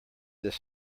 this